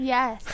Yes